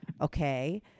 okay